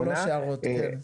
הערה אחרונה.